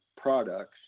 products